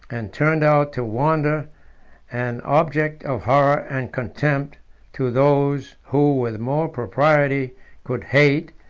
and turned out to wander an object of horror and contempt to those who with more propriety could hate,